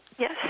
Yes